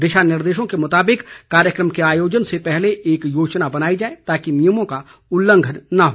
दिशा निर्देशों के मुताबिक कार्यक्रम के आयोजन से पहले एक योजना बनाई जाए ताकि नियमों का उल्लंघन न हो